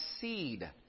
seed